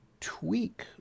tweak